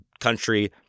country